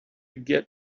get